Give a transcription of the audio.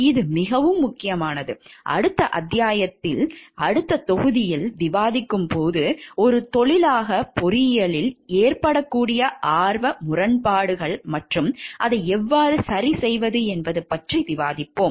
இது மிகவும் முக்கியமானது அடுத்த அத்தியாயங்களில் அடுத்த தொகுதிகளில் விவாதிக்கும் போது ஒரு தொழிலாக பொறியியலில் ஏற்படக்கூடிய ஆர்வ முரண்பாடுகள் மற்றும் அதை எவ்வாறு சரிசெய்வது என்பது பற்றி விவாதிப்போம்